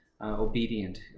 obedient